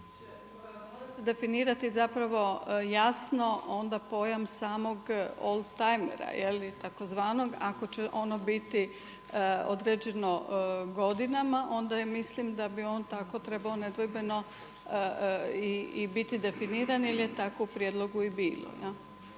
Onda definirati zapravo jasno onda pojam samog oldtajmera, je li, takozvanog. Ako će ono biti određeno godinama onda mislim da bi on tako trebao nedvojbeno i biti definiran jer je tako u prijedlogu i bilo,